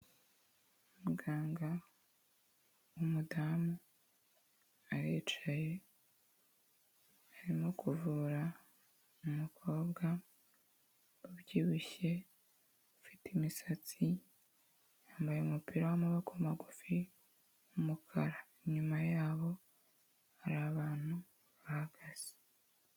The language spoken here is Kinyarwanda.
Muganga w, umudamu aricaye arimo kuvura umukobwa ubyibushye ufite imisatsi yambaye umupira wamaboko magufi umukara inyuma yabo hari AbanU bahagaze.